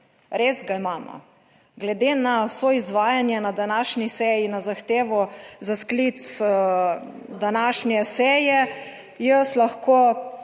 Res ga imamo. Glede na vso izvajanje na današnji seji, na zahtevo za sklic današnje seje jaz lahko